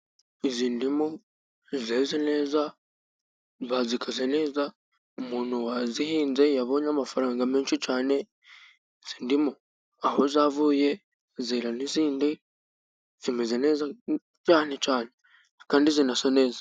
Izi ndimu zeze neza ,bazikase neza ,umuntu wazihinze yabonye amafaranga menshi cyane. Izi ndimu aho zavuye zera n'izindi zimeze neza cyane cyane ,kandi zinasa neza.